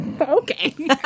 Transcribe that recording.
Okay